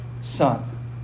son